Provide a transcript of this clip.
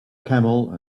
camel